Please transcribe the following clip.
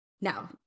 Now